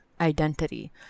identity